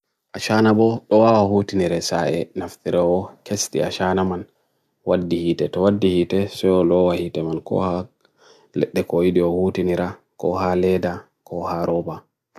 Ashaanabu toa hootinire saye nafthirou kesti ashaanaman waddi hiti to waddi hiti so loa hiti man kohak deko ideo hootinira koha leda koha roba